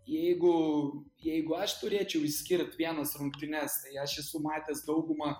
jeigu jeigu aš turėčiau išskirt vienas rungtynes tai aš esu matęs daugumą